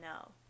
no